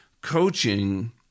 coaching